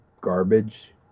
garbage